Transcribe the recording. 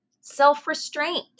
self-restraint